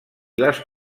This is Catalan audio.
les